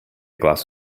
glass